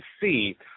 see